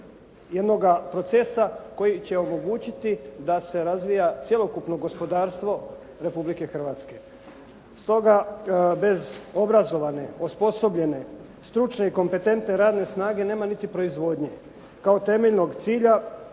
jednoga procesa koji će omogućiti da se razvija cjelokupno gospodarstvo Republike Hrvatske. Stoga bez obrazovane, osposobljene, stručne i kompetentne radne snage nema niti proizvodnje kao temeljnog cilja,